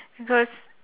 because